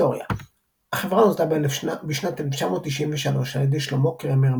היסטוריה החברה נוסדה בשנת 1993 על ידי שלמה קרמר,